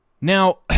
Now